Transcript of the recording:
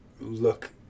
look